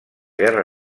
guerra